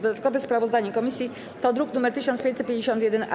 Dodatkowe sprawozdanie komisji to druk nr 1551-A.